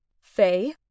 Faye